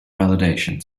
validation